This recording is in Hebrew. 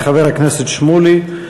תודה לחבר הכנסת שמולי.